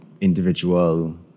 individual